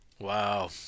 Wow